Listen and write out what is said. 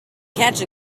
catch